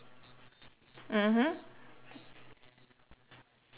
mmhmm